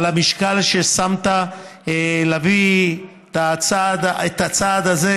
על המשקל ששמת להביא את הצעד הזה,